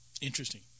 Interesting